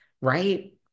right